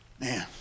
man